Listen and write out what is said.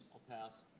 pass.